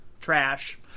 trash